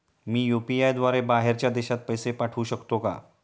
मी UPI द्वारे बाहेरच्या देशात पैसे पाठवू शकतो का?